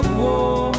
war